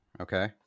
Okay